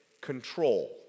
control